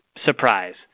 surprise